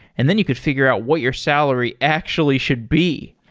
and then you could figure out what your salary actually should be.